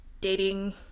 dating